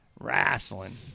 Wrestling